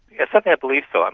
yes, i believe so. um